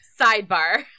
Sidebar